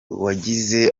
uwagize